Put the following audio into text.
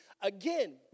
again